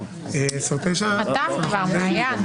בע"ה ביום רביעי בקריאה ראשונה.